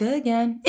again